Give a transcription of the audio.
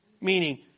meaning